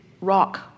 rock